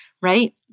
right